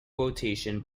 quotation